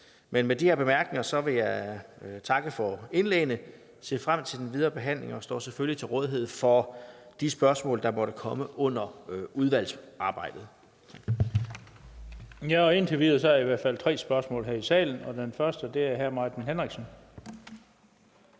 Men med de her bemærkninger, vil jeg takke for indlæggene og ser frem til den videre behandling, og jeg står selvfølgelig til rådighed for de spørgsmål, der måtte komme under udvalgsarbejdet.